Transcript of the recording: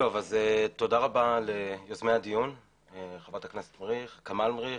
תודה רבה ליוזמי הדיון חברת הכנסת כמאל מריח,